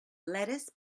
lettuce